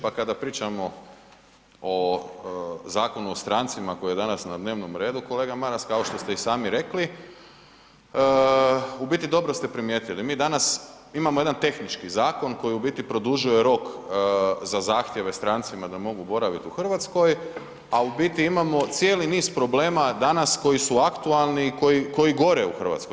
Pa kada pričamo o Zakonu o strancima koji je danas na dnevnom redu, kolega Maras, kao što ste i sami rekli, u biti dobro ste primijetili, mi danas imamo jedan tehnički zakon koji u biti produžuje rok za zahtjeve strancima da mogu boraviti u Hrvatskoj, a u biti imamo cijeli niz problema danas koji su aktualni, koji gore u Hrvatskoj.